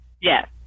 Yes